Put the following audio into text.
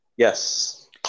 Yes